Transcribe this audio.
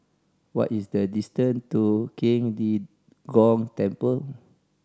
what is the distance to Qing De Gong Temple